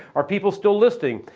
are people still listing?